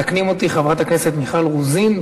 מתקנים אותי: חברת הכנסת מיכל רוזין,